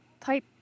type